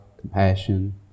compassion